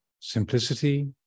Simplicity